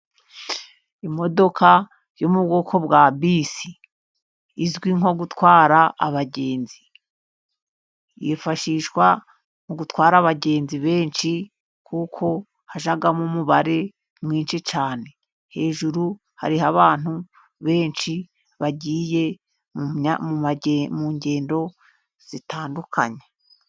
Imodoka yo mu bwoko bwa bisi, izwi nko gutwara abagenzi, yifashishwa mu gutwara abagenzi benshi kuko hajyamo umubare mwinshi cyane. Hejuru hariho abantu benshi bagiye mu ngendo zitandukanye.